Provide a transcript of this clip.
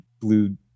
blue